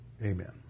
amen